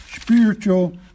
spiritual